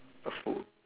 a food